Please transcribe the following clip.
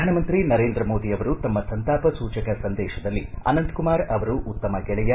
ಪ್ರಧಾನಮಂತ್ರಿ ನರೇಂದ್ರ ಮೋದಿ ಅವರು ತಮ್ನ ಸಂತಾಪ ಸೂಚಕ ಸಂದೇಶದಲ್ಲಿ ಅನಂತಕುಮಾರ್ ಅವರು ಉತ್ತಮ ಗೆಳೆಯ